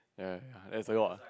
ya ya that's